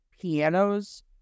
pianos